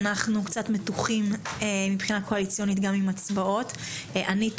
קצת מתוחים מבחינה קואליציונית לגבי הצבעות בוועדת החוקה.